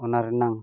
ᱚᱱᱟ ᱨᱮᱱᱟᱜ